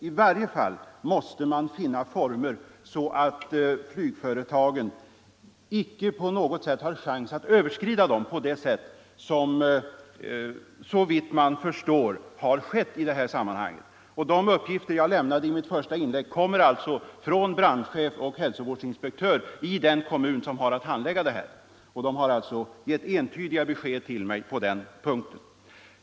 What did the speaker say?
I varje fall måste man finna former så att flygföretag inte på S'december1974 något sätt har en chans att förbigå bestämmelserna så som uppenbarligen I har skett i detta fall. Ång. nattvardsgång De uppgifter som jag lämnade i mitt första inlägg kommer alltså från — med särkalkar brandchefen och hälsovårdsinspektören i den kommun som har att handlägga detta ärende. De har givit entydiga besked till mig.